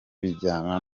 bijyana